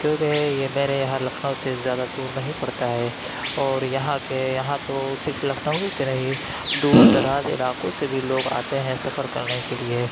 کیوں کہ یہ میرے یہاں لکھنؤ سے زیادہ دور نہیں پڑتا ہے اور یہاں کے یہاں تو صرف لکھنؤ ہی سے نہیں دور دراز علاقوں سے بھی لوگ آتے ہیں سفر کرنے کے لیے